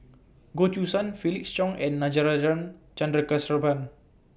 Goh Choo San Felix Cheong and Natarajan Chandrasekaran